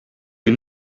you